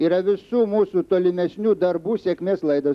yra visų mūsų tolimesnių darbų sėkmės laidas